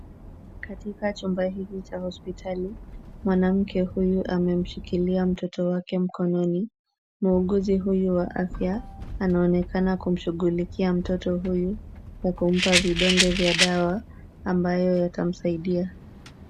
Katika chumba hiki cha hospitali, mwanamke huyu amemshikilia mtoto wake mkononi. Muuguzi huyu wa afya anaonekana kumshughulikia mtoto huyu na kumpa vidonge vya dawa ambayo yatamsaidia.